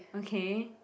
okay